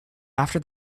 after